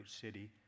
city